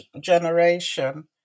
generation